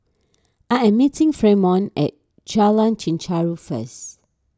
I am meeting Fremont at Jalan Chichau first